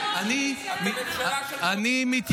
(חבר הכנסת גלעד קריב יוצא מאולם המליאה.) חבל,